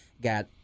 got